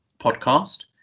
podcast